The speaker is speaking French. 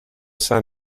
sein